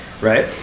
right